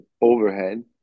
overhead